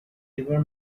ever